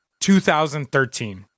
2013